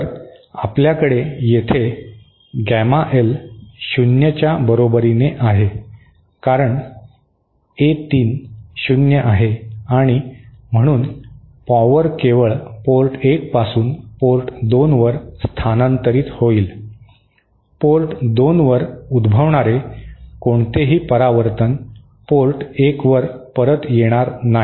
तर आपल्याकडे येथे गॅमा एल शून्यच्या बरोबरीने आहे कारण ए 3 शून्य आहे आणि म्हणून पॉवर केवळ पोर्ट 1 पासून पोर्ट 2 वर स्थानांतरित होईल पोर्ट 2 वर उद्भवणारे कोणतेही परावर्तन पोर्ट 1 वर परत येणार नाही